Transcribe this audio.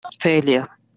Failure